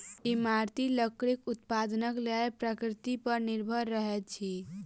इमारती लकड़ीक उत्पादनक लेल प्रकृति पर निर्भर रहैत छी